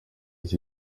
iki